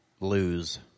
lose